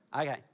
Okay